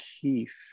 Keith